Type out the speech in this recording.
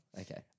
Okay